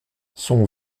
son